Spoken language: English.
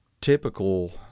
typical